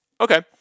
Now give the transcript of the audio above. Okay